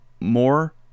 more